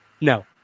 no